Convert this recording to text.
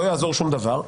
לא יעזור שום דבר,